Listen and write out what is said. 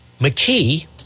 McKee